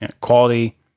quality